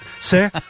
sir